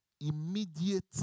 Immediate